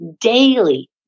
daily